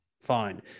fine